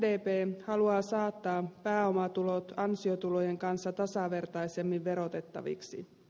myös sdp haluaa saattaa pääomatulot ansiotulojen kanssa tasavertaisemmin verotettaviksi